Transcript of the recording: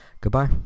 Goodbye